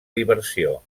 diversió